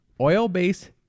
Oil-based